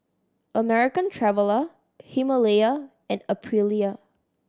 American Traveller Himalaya and Aprilia